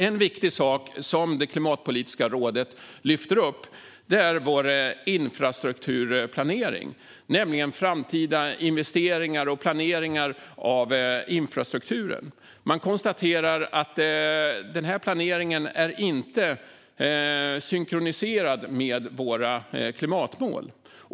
En viktig sak som Klimatpolitiska rådet lyfter upp är vår infrastrukturplanering, nämligen framtida investeringar och planeringar av infrastrukturen. Rådet konstaterar att planeringen inte är synkroniserad med våra klimatmål.